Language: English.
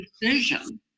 decision